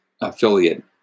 affiliate